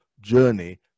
journey